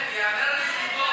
באמת, ייאמר לזכותו.